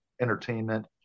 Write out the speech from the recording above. entertainment